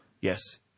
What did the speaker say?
Yes